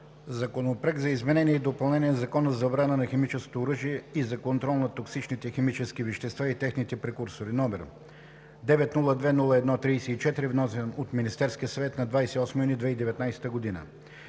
Законопроект за изменение и допълнение на Закона за забрана на химическото оръжие и за контрол на токсичните химически вещества и техните прекурсори, № 902-01-34, внесен от Министерския съвет на 28 юни 2019 г.